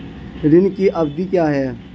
ऋण की अवधि क्या है?